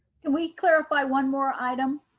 can we clarify one more item?